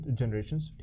generations